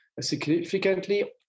significantly